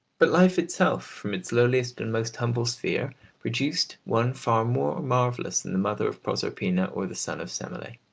but life itself from its lowliest and most humble sphere produced one far more marvellous than the mother of proserpina or the son of semele.